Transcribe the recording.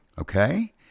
Okay